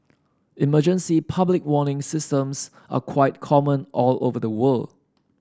emergency public warning systems are quite common all over the world